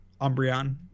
Umbreon